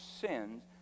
sins